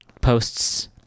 posts